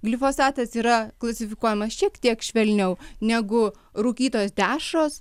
glifosatas yra klasifikuojamas šiek tiek švelniau negu rūkytos dešros